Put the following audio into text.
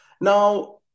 Now